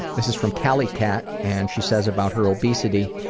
this is from callie cat, and she says about her obesity,